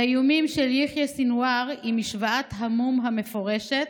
האיומים של יחיא סנוואר היא משוואת המשא ומתן המפורשת: